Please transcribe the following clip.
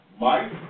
Mike